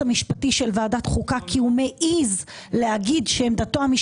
המשפטי של ועדת החוק כי הוא מעז להגיד שעמדתו המשפטית היא שונה.